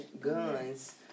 guns